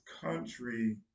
country